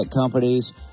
companies